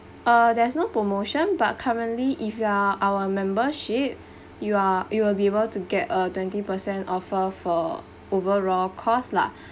err there's no promotion but currently if you are our membership you are you will be able to get a twenty percent offer for overall cost lah